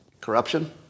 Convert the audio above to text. corruption